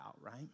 right